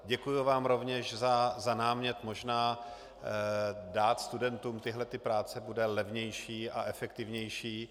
Děkuji vám rovněž za námět, možná dát studentům tyto práce bude levnější a efektivnější.